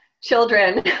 children